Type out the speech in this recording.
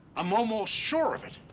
i'm almost sure of it.